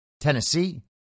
Tennessee